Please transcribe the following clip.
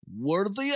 worthy